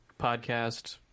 Podcast